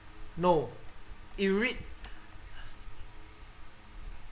no you read